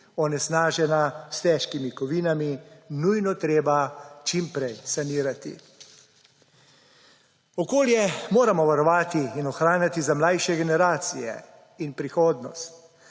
onesnažena s težkimi kovinami, nujno treba čim prej sanirati. Okolje moramo varovati in ohranjati za mlajše generacije in prihodnost.